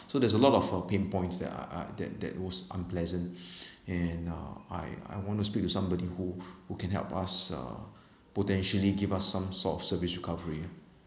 so there's a lot of uh pinpoints that are uh that that was unpleasant and uh I I want to speak to somebody who who can help us uh potentially give us some sort of service recovery